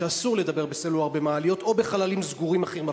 שאסור לדבר בסלולר במעליות או בחללים סגורים אחרים.